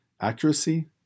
accuracy